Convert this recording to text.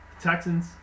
Texans